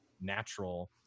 natural